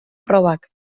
probak